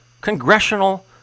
congressional